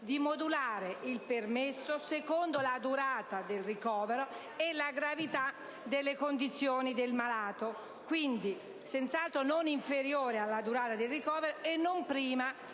di modulare il permesso secondo la durata del ricovero e la gravità delle condizioni del malato. Quindi, il permesso sarà senz'altro non inferiore alla durata del ricovero e non